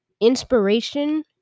inspiration